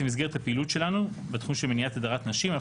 במסגרת הפעילות שלנו בתחום של מניעת הדרת נשים אנחנו